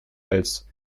als